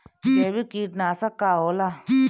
जैविक कीटनाशक का होला?